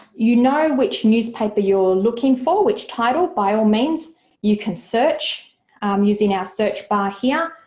you know which newspaper you're looking for, which title, by all means you can search using our search bar here